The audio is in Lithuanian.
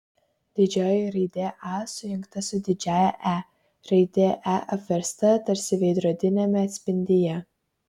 didžioji raidė a sujungta su didžiąja e raidė e apversta tarsi veidrodiniame atspindyje